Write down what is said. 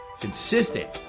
Consistent